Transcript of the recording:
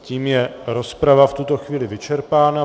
Tím je rozprava v tuto chvíli vyčerpána.